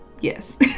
yes